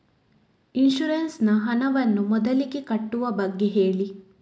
insurance ನ ಹಣವನ್ನು ಮೊದಲಿಗೆ ಕಟ್ಟುವ ಬಗ್ಗೆ ಹೇಳಿ